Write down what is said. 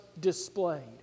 displayed